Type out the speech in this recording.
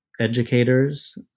educators